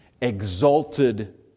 exalted